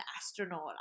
astronaut